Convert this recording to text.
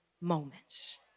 moments